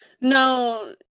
No